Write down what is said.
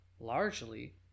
largely